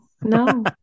no